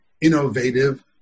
innovative